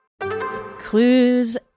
Clues